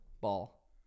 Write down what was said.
ball